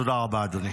תודה רבה, אדוני.